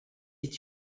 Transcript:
est